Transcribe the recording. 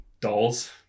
dolls